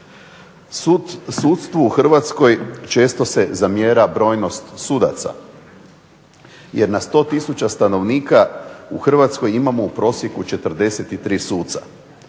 Sudstvu u Hrvatskoj često se zamjera brojnost sudaca, jer na 100000 stanovnika u Hrvatskoj imamo u prosjeku 43 suca.